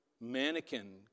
mannequin